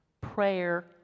Prayer